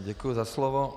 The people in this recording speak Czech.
Děkuju za slovo.